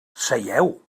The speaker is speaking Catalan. seieu